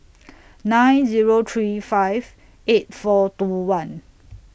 nine Zero three five eight four two one